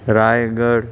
Raigad